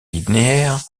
linéaires